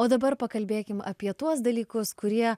o dabar pakalbėkim apie tuos dalykus kurie